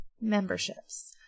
memberships